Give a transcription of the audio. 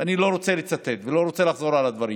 אני לא רוצה לצטט ולא רוצה לחזור על הדברים,